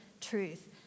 truth